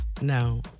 No